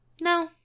No